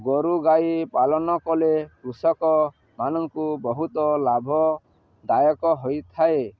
ଗୋରୁ ଗାଈ ପାଳନ କଲେ କୃଷକମାନଙ୍କୁ ବହୁତ ଲାଭଦାୟକ ହୋଇଥାଏ